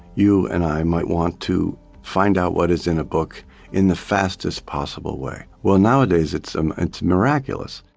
you and i might want to find out what is in a book in the fastest possible way. well, nowadays it's um it's miraculous.